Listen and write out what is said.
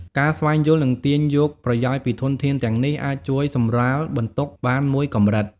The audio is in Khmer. ការស្វែងយល់ និងទាញយកប្រយោជន៍ពីធនធានទាំងនេះអាចជួយសម្រាលបន្ទុកបានមួយកម្រិត។